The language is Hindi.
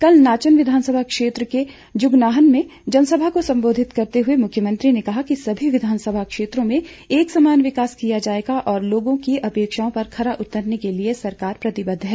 कल नाचन विधानसभा क्षेत्र के जुगनाहन में जनसभा को सम्बोधित करते हुए मुख्यमंत्री ने कहा कि सभी विधानसभा क्षेत्रों में एक समान विकास किया जा रहा है और लोगों की अपेक्षाओं पर खरा उतरने के लिए सरकार प्रतिबद्ध है